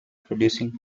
producing